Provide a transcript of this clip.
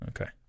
Okay